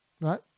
right